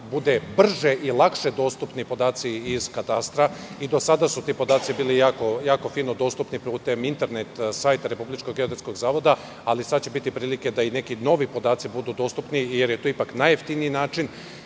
budu brže i lakše dostupni podaci iz katastra. I do sada su ti podaci bili jako fino dostupni putem internet sajta RGZ, ali sad će biti prilike da i neki novi podaci budu dostupni, jer je to ipak najjeftiniji način